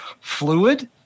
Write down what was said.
fluid